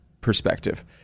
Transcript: perspective